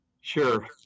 Sure